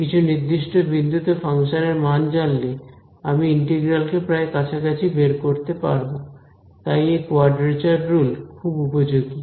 কিছু নির্দিষ্ট বিন্দুতে ফাংশনের মান জানলে আমি ইন্টিগ্রাল কে প্রায় কাছাকাছি বের করতে পারবো তাই এই কোয়াড্রেচার রুল খুব উপযোগী